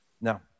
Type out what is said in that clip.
Now